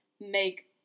make